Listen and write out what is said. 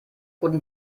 guten